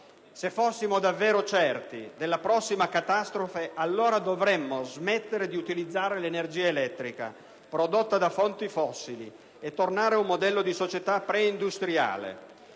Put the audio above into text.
Se fossimo davvero certi della prossima catastrofe, allora dovremmo smettere di utilizzare l'energia elettrica prodotta da fonti fossili e tornare ad un modello di società preindustriale.